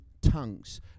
tongues